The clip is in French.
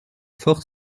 fort